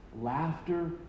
laughter